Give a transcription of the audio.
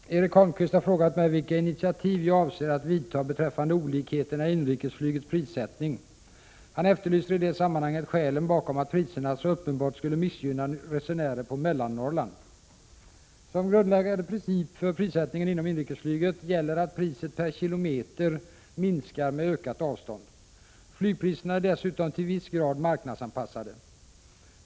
Herr talman! Erik Holmkvist har frågat mig vilka initiativ jag avser att vidta beträffande olikheterna i inrikesflygets prissättning. Han efterlyser i det sammanhanget skälen bakom att priserna så uppenbart skulle missgynna resenärerna på Mellannorrland. Som grundläggande princip för prissättningen inom inrikesflyget gäller att priset per kilometer minskar med ökat avstånd. Flygpriserna är dessutom till viss grad marknadsanpassade.